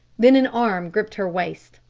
then an arm gripped her waist,